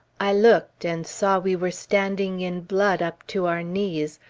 i looked, and saw we were standing in blood up to our knees,